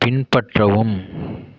பின்பற்றவும்